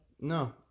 No